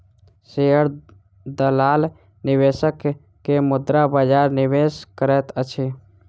share दलाल निवेशक के मुद्रा बजार निवेश करैत अछि